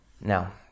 Now